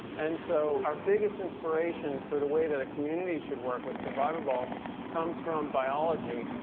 and so our biggest inspiration for the way that a community should work with survivaballs comes from biology.